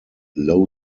low